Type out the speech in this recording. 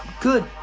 good